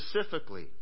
specifically